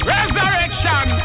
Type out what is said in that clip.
Resurrection